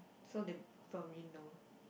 so they probably know